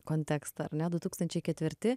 kontekstą ar ne du tūkstančiai ketvirti